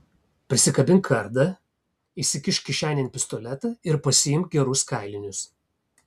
prisikabink kardą įsikišk kišenėn pistoletą ir pasiimk gerus kailinius